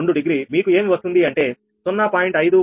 2 డిగ్రీమీకు ఏమి వస్తుంది అంటే 0